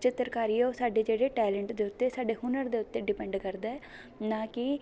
ਚਿੱਤਰਕਾਰੀ ਆ ਉਹ ਸਾਡੇ ਜਿਹੜੇ ਟੈਲੇਂਟ ਦੇ ਉੱਤੇ ਸਾਡੇ ਹੁਨਰ ਦੇ ਉੱਤੇ ਡਿਪੈਂਡ ਕਰਦਾ ਹੈ ਨਾ ਕਿ